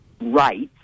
rights